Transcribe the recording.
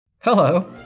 Hello